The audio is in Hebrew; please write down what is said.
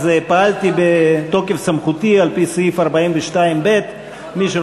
אז פעלתי בתוקף סמכותי על-פי סעיף 42(ב).